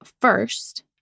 First